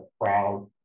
proud